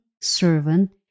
servant